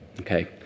okay